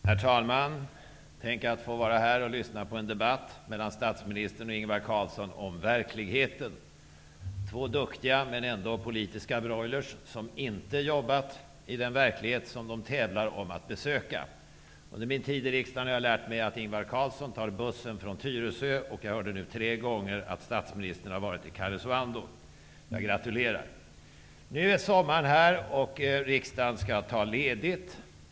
Herr talman! Tänk, att få vara med här och lyssna på en debatt mellan statsministern och Ingvar Carlsson om verkligheten. Två duktiga, men ändå två politiska broilrar som inte jobbat i den verklighet som de tävlar om att besöka. Under min tid i riksdagen har jag lärt mig att Ingvar Carlsson tar bussen från Tyresö och att -- det har jag hört tre gånger nu -- statsministern har varit i Karesuando. Jag gratulerar. Nu är sommaren här, och riksdagen skall ta ledigt.